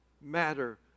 matter